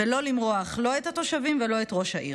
ולא למרוח לא את התושבים ולא את ראש העיר.